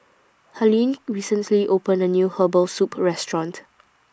Harlene recently opened A New Herbal Soup Restaurant